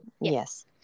Yes